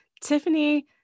Tiffany